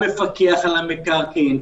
המפקח על המקרקעין,